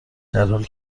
درحالی